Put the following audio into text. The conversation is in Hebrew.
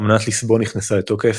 אמנת ליסבון נכנסה לתוקף,